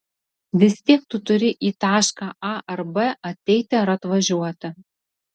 vis tiek tu turi į tašką a ar b ateiti ar atvažiuoti